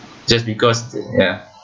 just because ya